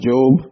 Job